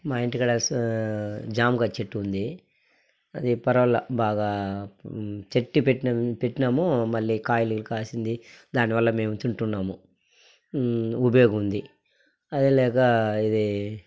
మా ఇంటికాడ జామకాయ చెట్టు ఉంది అది పరవలా బాగా చట్నీ పెట్టినా పెట్టినాము మళ్ళీ కాయలు కాసింది దానివల్ల మేము తింటున్నాము ఉపయోగం ఉంది అది ఇలాగ ఇదీ